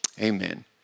amen